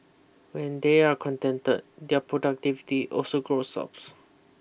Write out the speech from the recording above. when they are contented their productivity also goes ups